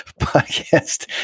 podcast